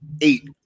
eight